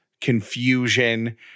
confusion